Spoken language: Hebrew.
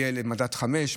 יהיה מדד 5,